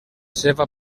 seva